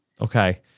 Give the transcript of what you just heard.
Okay